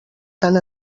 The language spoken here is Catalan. tant